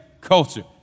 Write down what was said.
culture